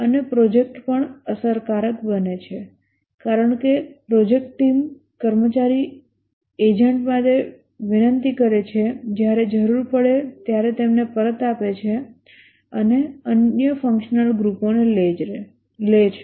અને પ્રોજેક્ટ પણ અસરકારક બને છે કારણ કે પ્રોજેક્ટ ટીમ કર્મચારી એજન્ટ માટે વિનંતી કરે છે જ્યારે જરૂર પડે ત્યારે તેમને પરત આપે છે અને અન્ય ફંક્શનલ ગ્રુપોને લે છે